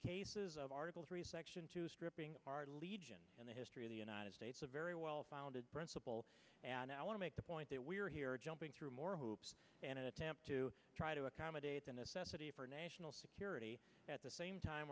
cases of article three section two stripping are legion in the history of the united states a very well founded principle and i want to make the point that we are here jumping through more hoops and attempt to try to accommodate the necessity for national security at the same time